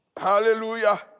Hallelujah